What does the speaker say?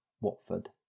Watford